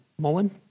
Mullen